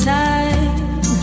time